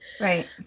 Right